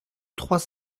trois